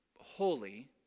holy